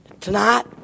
Tonight